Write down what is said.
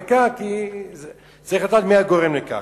היא ריקה כי צריך לדעת מי הגורם לכך.